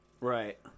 Right